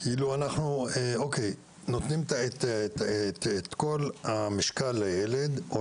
אנחנו שמים את כל המשקל על הילד או